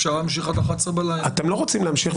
אפשר להמשיך עד 23:00. אתם לא רוצים להמשיך.